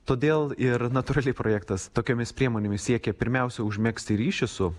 todėl ir natūraliai projektas tokiomis priemonėmis siekia pirmiausia užmegzti ryšį su